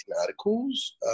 articles